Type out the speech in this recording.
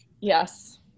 Yes